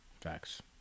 Facts